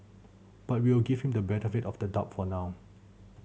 but we'll give him the benefit of the doubt for now